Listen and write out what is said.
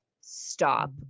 Stop